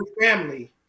family